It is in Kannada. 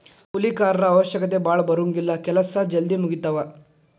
ಕೂಲಿ ಕಾರರ ಅವಶ್ಯಕತೆ ಭಾಳ ಬರುಂಗಿಲ್ಲಾ ಕೆಲಸಾ ಜಲ್ದಿ ಮುಗಿತಾವ